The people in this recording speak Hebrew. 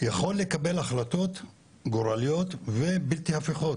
יכול לקבל החלטות גורליות ובלתי הפיכות,